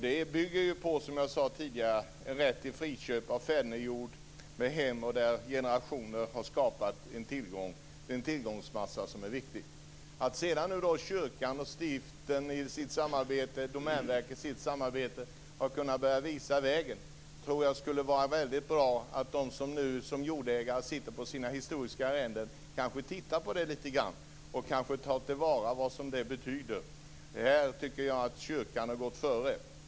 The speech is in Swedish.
Detta bygger på rätt till friköp av fädernejord, där generationer har skapat viktiga tillgångar. Kyrkan och Domänverket har börjat visa vägen. Det skulle vara bra om de jordägare som sitter på historiska arrenden kunde titta litet grand på detta och ta till vara på vad detta betyder. Kyrkan har gått före.